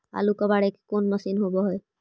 आलू कबाड़े के कोन मशिन होब है?